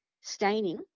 staining